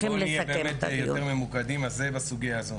יותר ממוקדים בסוגיה הזאת.